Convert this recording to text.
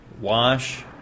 wash